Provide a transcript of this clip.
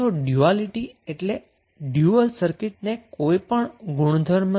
તો ડયુઆલીટી એટલે dual circuit દ્વારા દર્શાવાતો કોઈપણ ગુણધર્મ છે